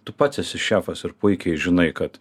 tu pats esi šefas ir puikiai žinai kad